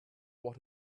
what